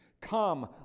Come